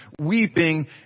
weeping